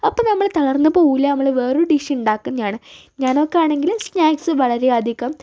അപ്പം നമ്മള് തകർന്ന് പോകൂല നമ്മള് വേറൊരു ഡിഷുണ്ടാക്കുംന്നാണ് ഞാനൊക്കെയാണെങ്കില് സ്നാക്സ് വളരെയധികം